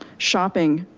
shopping.